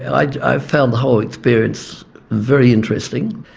i found the whole experience very interesting.